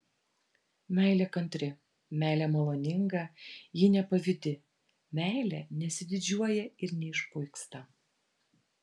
meilė kantri meilė maloninga ji nepavydi meilė nesididžiuoja ir neišpuiksta